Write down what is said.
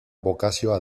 bokazioa